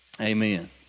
Amen